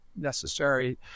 necessary